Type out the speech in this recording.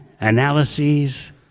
analyses